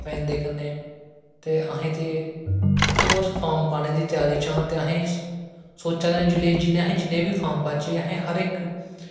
ते इद्धर उद्धर म्हले दियां जेहड़ी जनानियां ना ओह् आंदियां ही फिर उनेंगी बुनाई दे बदले फिर पैसे लेदियां ही ओह्